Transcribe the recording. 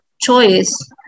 choice